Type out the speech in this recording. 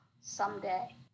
Someday